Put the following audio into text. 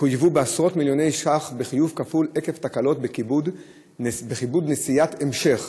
חויבו בעשרות מיליוני ש"ח בחיוב כפול עקב תקלות בכיבוד נסיעת המשך.